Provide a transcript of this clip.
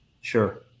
Sure